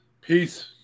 peace